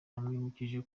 yamwibukije